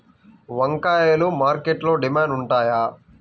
వంకాయలు మార్కెట్లో డిమాండ్ ఉంటాయా?